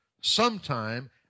sometime